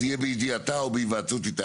זה יהיה בידיעתה או בהיוועצות איתה,